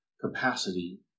capacity